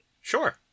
Sure